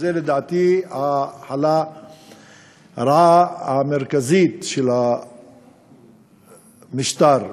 זו, לדעתי, הרעה המרכזית של המשטר.